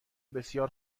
بسیار